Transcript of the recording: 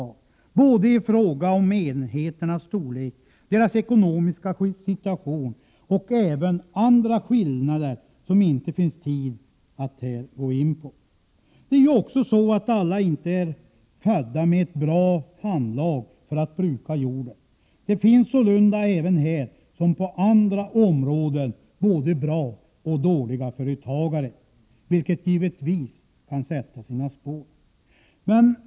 Det gäller t.ex. både i fråga om enheternas storlek och i fråga om deras ekonomiska situation. Det finns även andra skillnader, som det inte finns tid att här gå in på. Alla är inte heller födda med ett bra handlag för att bruka jorden. Det finns sålunda även här, som på andra områden, både bra och dåliga företagare. Det kan givetvis sätta sina spår.